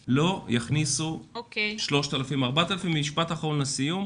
40,000 לא יכניסו 3,000 4,000. משפט אחרון לסיום.